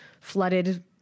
flooded